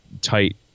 Tight